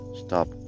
stop